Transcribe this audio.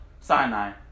Sinai